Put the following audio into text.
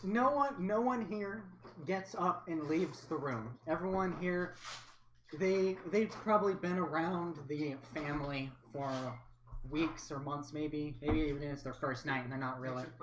no one no one here gets up and leaves the room everyone here they they've probably been around the family for and weeks or months, maybe maybe and it's their first night, and they're not really